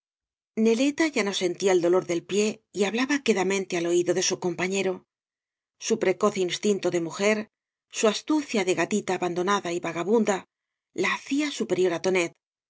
neleta ya no sentía el dolor del píe y hablaba quedamente al oído de eu corapafiero su precoz instinto de mujer su astucia de gatita abandonada y vagabunda la hacía superior á tonet